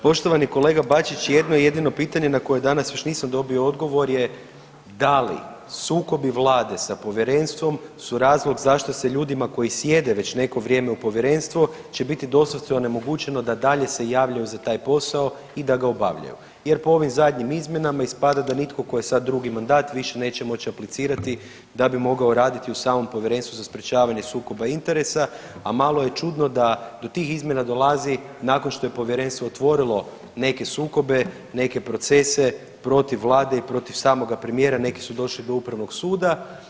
Poštovani kolega Bačić, jedno jedino pitanje na koje danas još nisam dobio odgovor je da li sukobi vlade sa povjerenstvom su razlog zašto se ljudima koji sjede već neko vrijeme u povjerenstvu će biti doslovce onemogućeno da dalje se javljaju za taj posao i da ga obavljaju jer po ovim zadnjim izmjenama ispada da nitko tko je sad drugi mandat više neće moći aplicirati da bi mogao raditi u samom Povjerenstvu za sprječavanje sukoba interesa, a malo je čudno da do tih izmjena dolazi nakon što je povjerenstvo otvorilo neke sukobe i neke procese protiv vlade i protiv samoga premijera, neki su došli do upravnog suda.